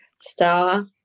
star